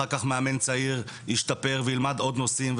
ואחר כל מאמן צעיר ישתפר וילמד עוד נושאים.